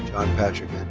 john patrick